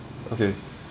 okay